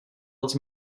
els